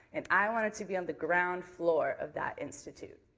and i wanted to be on the ground floor of that institute.